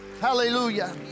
Hallelujah